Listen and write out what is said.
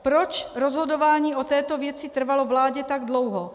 Proč rozhodování o této věci trvalo vládě tak dlouho?